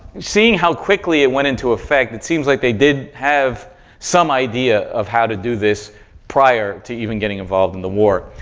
seeing how quickly it went into effect, it seems like they did have some idea of how to do this prior to even getting involved in the war,